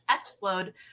explode